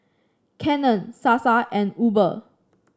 Canon Sasa and Uber